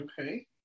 okay